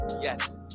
Yes